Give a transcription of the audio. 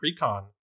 Precon